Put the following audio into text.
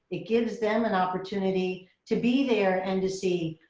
it gives them an opportunity to be there and to see,